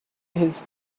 his